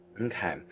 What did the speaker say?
Okay